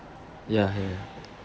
ya ya